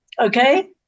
okay